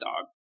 dog